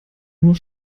nur